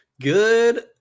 Good